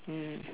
mm